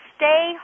stay